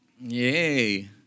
Yay